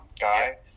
guy